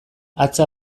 hatza